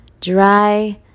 Dry